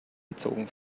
erzogen